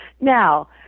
now